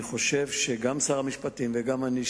אני חושב שגם שר המשפטים וגם אני,